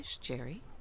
Jerry